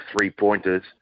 three-pointers